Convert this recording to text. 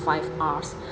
five Rs